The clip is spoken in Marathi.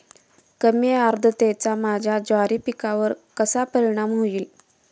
कमी आर्द्रतेचा माझ्या ज्वारी पिकावर कसा परिणाम होईल?